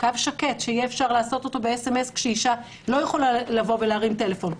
קו שקט שיהיה אפשר לעשות אותו ב-SMS כאשר אישה לא יכולה להרים טלפון.